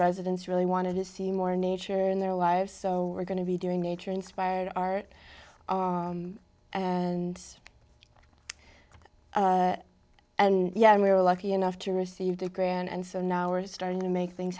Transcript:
residents really want to see more nature in their lives so we're going to be doing nature inspired art and and yeah and we were lucky enough to receive the grant and so now we're starting to make things